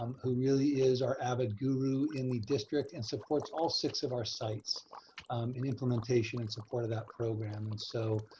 who really is our avid guru in the district and supports all six of our sites in implementation and support of that program. and so,